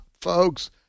folks